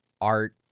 art